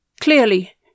Clearly